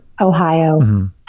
Ohio